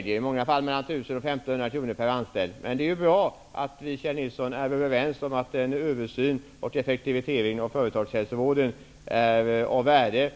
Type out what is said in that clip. ut, i många fall mellan 1 000 och 1 500 kr per anställd. Men det är ju bra att Kjell Nilsson och jag är överens om att en översyn och effektivisering av företagshälsovården är av värde.